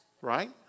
right